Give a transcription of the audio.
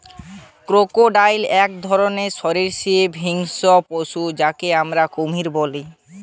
crocodile এক ধরণের সরীসৃপ হিংস্র পশু যাকে আমরা কুমির বলছি